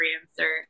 answer